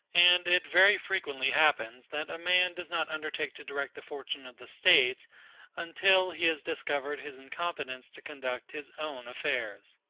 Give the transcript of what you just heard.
and it very frequently happens that a man does not undertake to direct the fortune of the state until he has discovered his incompetence to conduct his own affairs.